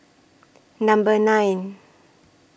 Number nine